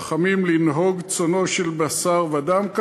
רחמים לנהוג צאנו של בשר ודם,